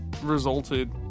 Resulted